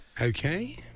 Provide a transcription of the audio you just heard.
Okay